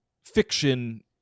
fiction